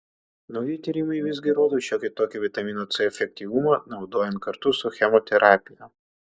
nauji tyrimai visgi rodo šiokį tokį vitamino c efektyvumą naudojant kartu su chemoterapija